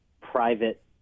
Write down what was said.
private